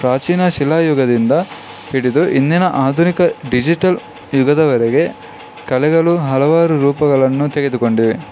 ಪ್ರಾಚೀನ ಶಿಲಾಯುಗದಿಂದ ಹಿಡಿದು ಇಂದಿನ ಆಧುನಿಕ ಡಿಜಿಟಲ್ ಯುಗದವರೆಗೆ ಕಲೆಗಳು ಹಲವಾರು ರೂಪಗಳನ್ನು ತೆಗೆದುಕೊಂಡಿವೆ